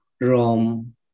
Rome